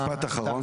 אליעד, משפט אחרון.